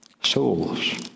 Souls